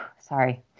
sorry